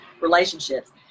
relationships